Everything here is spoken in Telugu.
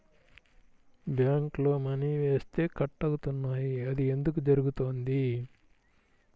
బ్యాంక్లో మని వేస్తే కట్ అవుతున్నాయి అది ఎందుకు జరుగుతోంది?